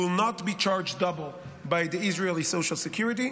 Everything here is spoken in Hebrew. will not be charged double by the Israeli social security,